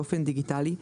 באופן דיגיטלי,